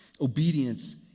Obedience